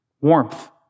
warmth